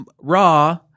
raw